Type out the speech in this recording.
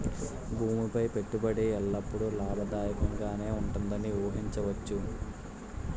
భూమి పై పెట్టుబడి ఎల్లప్పుడూ లాభదాయకంగానే ఉంటుందని ఊహించవచ్చు